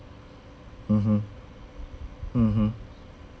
mmhmm mmhmm